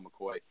McCoy